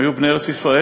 הם היו בני ארץ-ישראל,